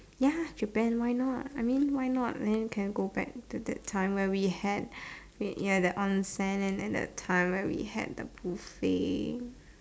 ya Japan why not I mean why not man can go back to the time when we had ya the onsen and then the time when he had the buffet